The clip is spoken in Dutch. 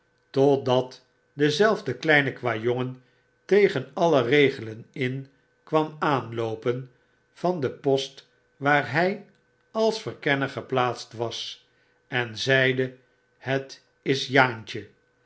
totdat dezelfde kleine kwajongen tegen alle regelen in kwam aanloopen van de post waar hy als verkennergeplaatst was en zeide het is jaantje